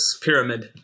pyramid